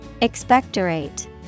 Expectorate